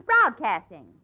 broadcasting